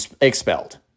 expelled